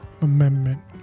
Amendment